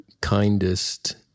kindest